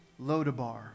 Lodabar